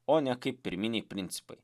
o ne kaip pirminiai principai